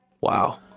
Wow